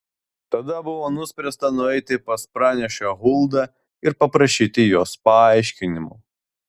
tada buvo nuspręsta nueiti pas pranašę huldą ir paprašyti jos paaiškinimų